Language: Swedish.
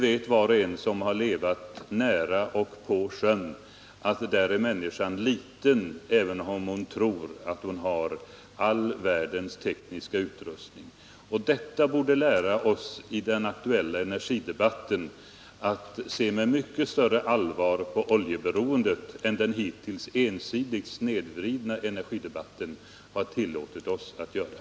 Var och en som har levat nära eller på sjön vet att där är människan liten, även om hon tror att hon har all världens tekniska utrustning. Detta borde lära oss att i den aktuella energidebatten se med mycket större allvar på oljeberoendet än den hittills ensidiga och snedvridna debatten har tillåtit oss att göra.